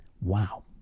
Wow